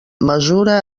mesura